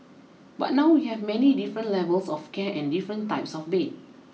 but now we have many different levels of care and different types of bed